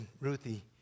Ruthie